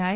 I